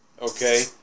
Okay